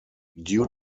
due